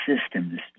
systems